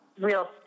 real